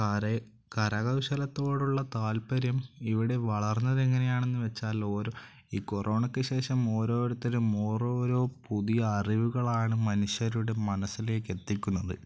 കരകൗശലം കരകൗശലത്തോടുള്ള താല്പര്യം ഇവിടെ വളർന്നത് എങ്ങനെയാണെന്ന് വെച്ചാൽ ഓരോ ഈ കൊറോണക്ക് ശേഷം ഓരോരുത്തനും ഓരോരോ പുതിയ അറിവുകളാണ് മനുഷ്യരുടെ മനസ്സിലേക്ക് എത്തിക്കുന്നത്